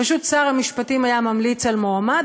פשוט שר המשפטים היה ממליץ על מועמד,